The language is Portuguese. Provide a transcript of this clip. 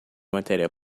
matéria